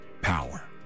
power